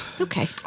Okay